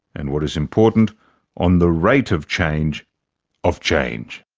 and what is important on the rate of change of change.